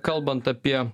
kalbant apie